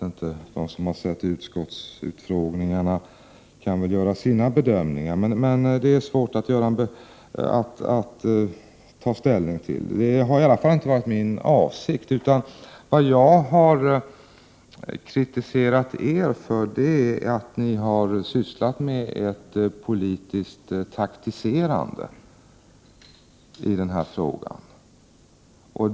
De som har tagit del av utskottsutfrågningarna kan väl göra sina bedömningar. Jag tycker för min del att det är svårt att ta ställning till den saken. Det har i varje fall inte varit min avsikt att moralisera. Vad jag har kritiserat er för är att ni har sysslat med, skulle jag vilja säga, politisk taktik i den här frågan.